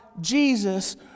Jesus